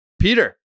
Peter